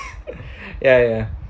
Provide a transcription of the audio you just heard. ya ya